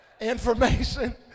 information